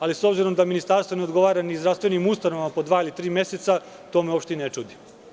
Ali, s obzirom da ministarstvo ne odgovara ni zdravstvenim ustanovama po dva ili tri meseca to me i ne čudi.